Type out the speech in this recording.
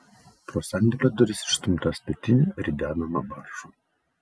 pro sandėlio duris išstumta statinė ridenama baržon